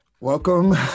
welcome